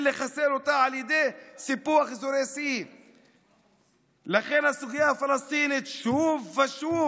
לחסל אותה על ידי סיפוח אזורי C. לכן הסוגיה הפלסטינית שוב ושוב